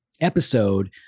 episode